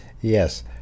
Yes